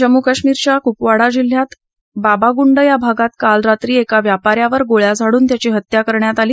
जम्मू कश्मीरच्या कुपवाडा जिल्ह्यात बाबागुंड या भागात काल रात्री एका व्यापा यावर गोळ्या झाडून त्याची हत्या करण्यात आली